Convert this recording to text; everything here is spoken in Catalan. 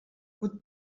pot